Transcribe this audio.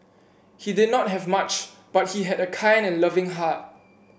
he did not have much but he had a kind and loving heart